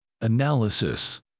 Analysis